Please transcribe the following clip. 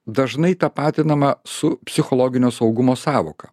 dažnai tapatinama su psichologinio saugumo sąvoka